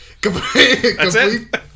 Complete